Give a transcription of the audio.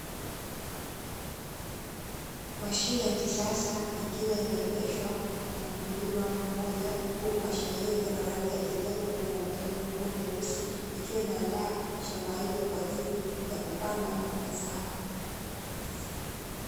Mashine ya kisasa ikiwa inaendeshwa na mkulima mmoja huku mashine hiyo ikiwa ya rangi ya kijani, pamoja namatairi makubwa meusi ikiwa inaandaa shamba hilo, kwa ajili ya kupanda mazao.